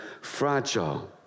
fragile